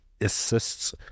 assists